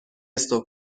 استکهلم